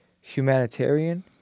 humanitarian